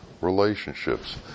relationships